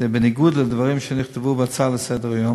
זה בניגוד לדברים שנכתבו בהצעה לסדר-היום,